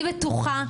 אני בטוחה,